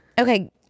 Okay